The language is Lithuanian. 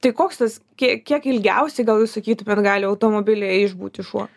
tai koks tas kie kiek ilgiausiai gal jūs sakytumėt gali automobilyje išbūti šuo